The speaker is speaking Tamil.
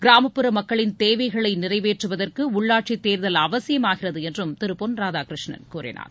கிராமப்புற மக்களின் தேவைகளை நிறைவேற்றுவதற்கு உள்ளாட்சித் தேர்தல் அவசியமாகிறது என்றும் திரு பொன் ராதாகிருஷ்ணன் கூறினார்